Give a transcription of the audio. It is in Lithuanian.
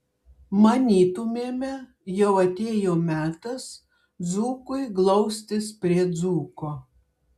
manytumėme jau atėjo metas dzūkui glaustis prie dzūko